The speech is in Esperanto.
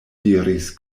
diris